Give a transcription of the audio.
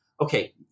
okay